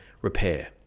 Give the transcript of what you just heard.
repair